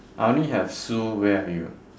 I only have sue where are you